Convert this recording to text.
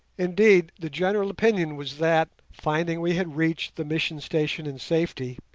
indeed, the general opinion was that, finding we had reached the mission station in safety,